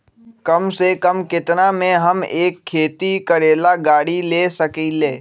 कम से कम केतना में हम एक खेती करेला गाड़ी ले सकींले?